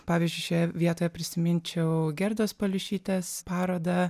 pavyzdžiui šioje vietoje prisiminčiau gerdos paliušytės parodą